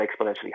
exponentially